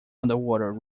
underwater